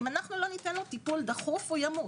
אם לא ניתן לו טיפול דחוף, ימות.